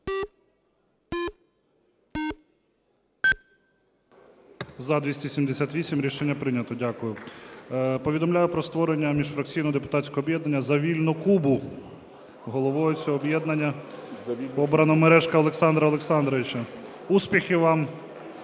За-278 Рішення прийнято. Дякую. Повідомляю про створення міжфракційного депутатського об'єднання "За вільну Кубу". Головою цього об'єднання обрано Мережко Олександра Олександровича. Успіхів вам